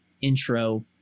intro